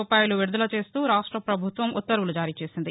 రూపాయలు విదుదల చేస్తూ ఆంధ్రపదేశ్ ప్రభుత్వం ఉత్తర్వులు జారీ చేసింది